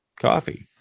coffee